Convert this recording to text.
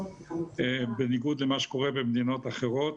בניגוד למה שקורה במדינות אחרות.